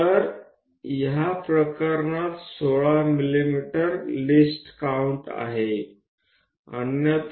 તો આ કિસ્સામાં ઓછામાં ઓછું આપણી પાસે જે હોઈ શકે છે તે 16 mm છે